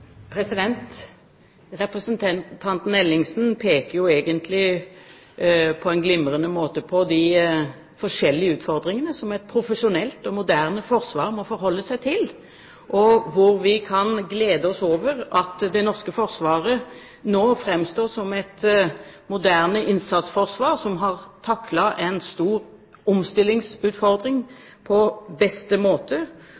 Ellingsen peker egentlig på en glimrende måte på de forskjellige utfordringene som et profesjonelt og moderne forsvar må forholde seg til. Vi kan glede oss over at det norske forsvaret nå framstår som et moderne innsatsforsvar som har taklet en stor